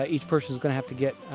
ah each person is going to have to get